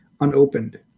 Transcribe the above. unopened